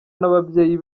n’ababyeyi